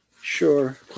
Sure